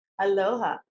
aloha